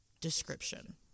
description